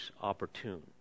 opportune